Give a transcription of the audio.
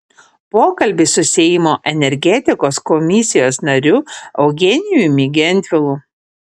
pokalbis su seimo energetikos komisijos nariu eugenijumi gentvilu